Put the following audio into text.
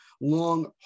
long